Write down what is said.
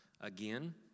Again